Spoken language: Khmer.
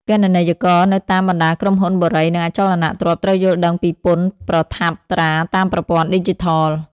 គណនេយ្យករនៅតាមបណ្តាក្រុមហ៊ុនបុរី និងអចលនទ្រព្យ ត្រូវយល់ដឹងពីពន្ធប្រថាប់ត្រាតាមប្រព័ន្ធឌីជីថល។